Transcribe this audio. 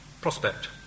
prospect